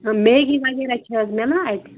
مٮ۪گی وغیرہ چھا حظ میلان اَتہِ